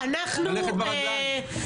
ללכת ברגליים.